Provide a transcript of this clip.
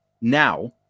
now